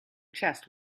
chest